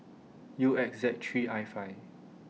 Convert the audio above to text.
U X Z three I five